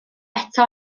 eto